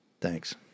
Thanks